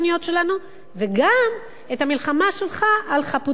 שלנו וגם את המלחמה שלך על חפותך,